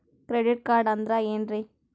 Credit card ಅಂದ್ರ ಏನ್ರೀ?